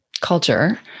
culture